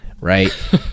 right